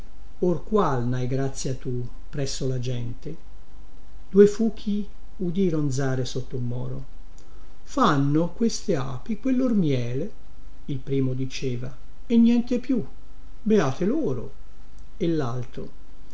or qual nhai grazia tu presso la gente due fuchi udii ronzare sotto un moro fanno queste api quel lor miele il primo diceva e niente più beate loro e laltro